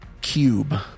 cube